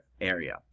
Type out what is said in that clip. area